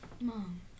Mom